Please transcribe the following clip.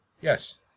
Yes